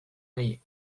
ari